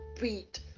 beat